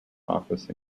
office